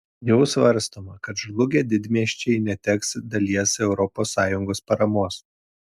jau svarstoma kad žlugę didmiesčiai neteks dalies europos sąjungos paramos